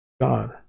God